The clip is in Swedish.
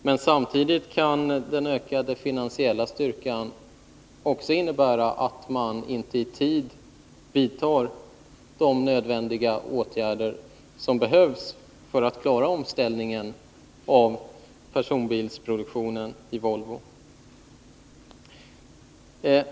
Men samtidigt kan den ökade finansiella styrkan innebära att man inte i tid vidtar de åtgärder som är nödvändiga för att klara omställningen av personbilsproduktionen i Volvo.